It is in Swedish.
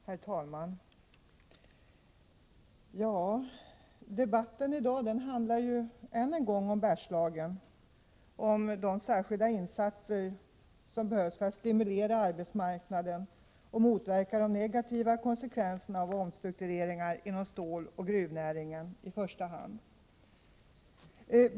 Herr talman! Debatten i dag handlar än en gång om Bergslagen, om de särskilda insatser som behövs för att stimulera arbetsmarknaden och motverka de negativa konsekvenserna av omstruktureringar inom i första hand ståloch gruvnäringen.